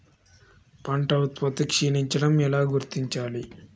పంట ఉత్పత్తి క్షీణించడం ఎలా గుర్తించాలి?